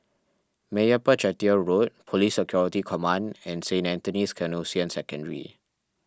Meyappa Chettiar Road Police Security Command and Saint Anthony's Canossian Secondary